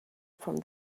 from